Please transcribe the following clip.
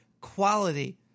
quality